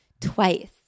twice